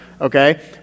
okay